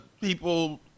people